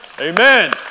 Amen